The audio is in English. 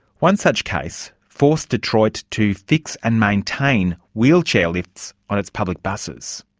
one such case forced detroit to fix and maintain wheelchair lifts on its public buses.